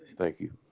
thank you